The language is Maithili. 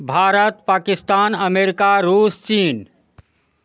भारत पाकिस्तान अमेरिका रूस चीन